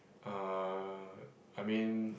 uh I mean